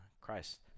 Christ